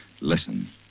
Listen